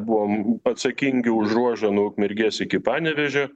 buvom atsakingi už ruožą nuo ukmergės iki panevėžio